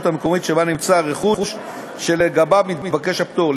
המקומית שבה נמצא הרכוש שלגביו מתבקש הפטור.